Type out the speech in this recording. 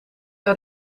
uit